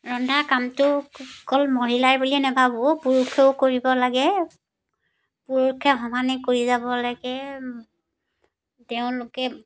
ৰন্ধা কামটো অকল মহিলাই বুলিয়ে নেভাবোঁ পুৰুষেও কৰিব লাগে পুৰুষে সমানে কৰি যাব লাগে তেওঁলোকে